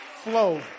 flow